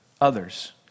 others